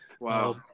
Wow